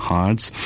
Hearts